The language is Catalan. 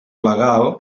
legal